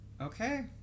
Okay